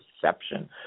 perception